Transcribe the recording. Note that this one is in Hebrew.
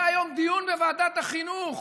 היה היום דיון בוועדת החינוך.